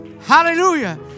hallelujah